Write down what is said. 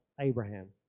Abraham